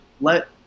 Let